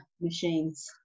machines